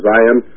Zion